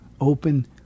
open